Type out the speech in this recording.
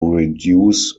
reduce